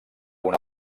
una